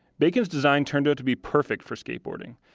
bacon's design turned out to be perfect for skateboarding.